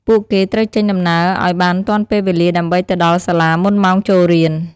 ពួកគេត្រូវចេញដំណើរឱ្យបានទាន់ពេលវេលាដើម្បីទៅដល់សាលាមុនម៉ោងចូលរៀន។